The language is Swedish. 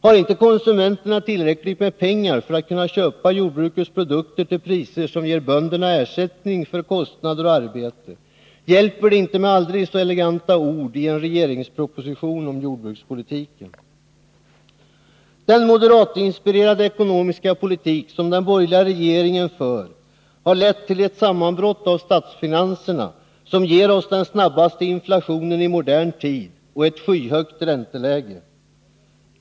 Har inte konsumenterna tillräckligt med pengar för att kunna köpa jordbrukets produkter till priser som ger bönderna ersättning för kostnader och arbete, hjälper det inte med aldrig så eleganta ord i en regeringsproposition om jordbrukspolitiken. Den moderatinspirerade ekonomiska politik som den borgerliga regeringen för har lett till ett sammanbrott för statsfinanserna som ger oss den snabbaste inflationen i modern tid och ett skyhögt ränteläge.